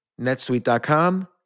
netsuite.com